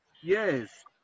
Yes